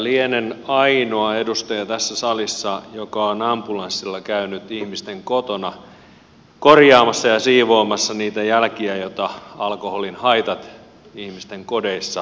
lienen ainoa edustaja tässä salissa joka on ambulanssilla käynyt ihmisten kotona korjaamassa ja siivoamassa niitä jälkiä joita alkoholin haitat ihmisten kodeissa aiheuttavat